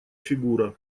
фигура